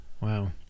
wow